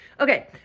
Okay